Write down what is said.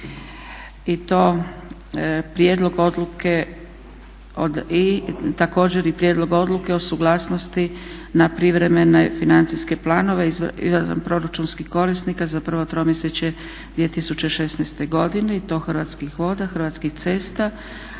1.1. Prijedlozi odluka o davanju suglasnosti na privremene financijske planove izvanproračunskih korisnika za prvo tromjesečje 2016. godine: a) Hrvatskih voda b) Hrvatskih cesta